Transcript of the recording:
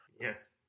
Yes